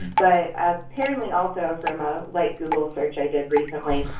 but apparently, also from a light google search i did recently.